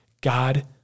God